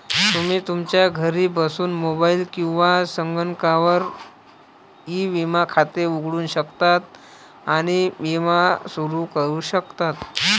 तुम्ही तुमच्या घरी बसून मोबाईल किंवा संगणकावर ई विमा खाते उघडू शकता आणि विमा सुरू करू शकता